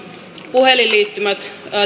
puhelinliittymät